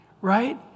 right